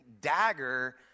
dagger